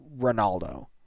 Ronaldo